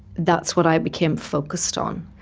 that's what i became focused on.